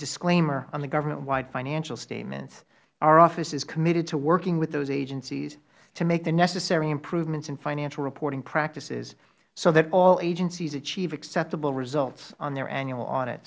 disclaimer on the government wide financial statement our office is committed to working with those agencies to make the necessary improvements in financial reporting practices so that all agencies achieve acceptable results on their annual